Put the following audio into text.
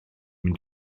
mynd